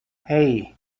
hey